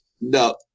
No